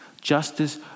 Justice